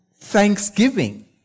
thanksgiving